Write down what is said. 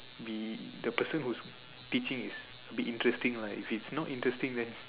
be the person whose teaching is a bit interesting lah if it's not interesting then